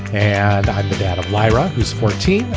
and i'm the dad of lyra, who's fourteen.